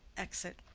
exit.